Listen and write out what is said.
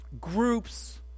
groups